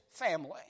family